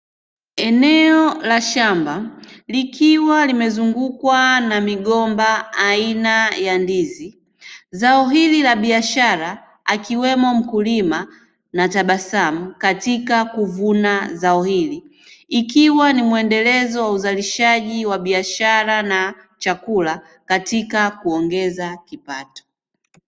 Eneo la shamba likiwa limezungukwa na migomba aina ya ndizi, zao hili la biashara akiwemo mkulima na tabasamu katika kuvuna zao hili, ikiwa ni muendelezo wa uzalishaji wa biashara na chakula katika kuongeza kipato.